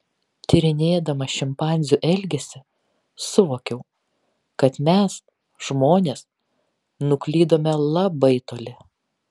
tyrinėdama šimpanzių elgesį suvokiau kad mes žmonės nuklydome labai toli